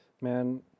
Man